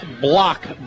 block